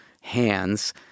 hands